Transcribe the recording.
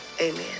Amen